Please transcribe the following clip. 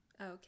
Okay